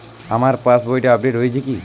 আমার পাশবইটা আপডেট হয়েছে কি?